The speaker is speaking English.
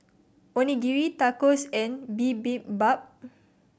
Onigiri Tacos and Bibimbap